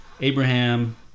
Abraham